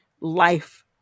life